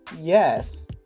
Yes